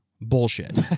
bullshit